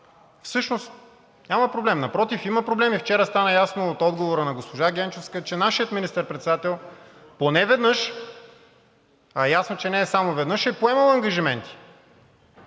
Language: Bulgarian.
всъщност няма проблем. Напротив, има проблем и вчера стана ясно от отговора на госпожа Генчовска, че нашият министър-председател поне веднъж, а е ясно, че не е само веднъж е поемал ангажименти